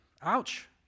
ouch